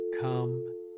come